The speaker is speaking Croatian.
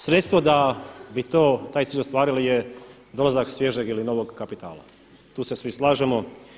Sredstvo da bi taj cilj ostvarili je dolazak svježeg ili novog kapitala, tu se svi slažemo.